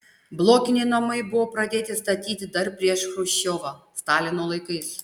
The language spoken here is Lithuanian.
blokiniai namai buvo pradėti statyti dar prieš chruščiovą stalino laikais